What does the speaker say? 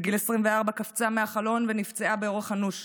בגיל 24 קפצה מהחלון ונפצעה באורח אנוש.